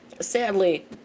Sadly